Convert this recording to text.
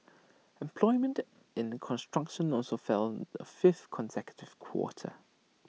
employment in construction also fell the fifth consecutive quarter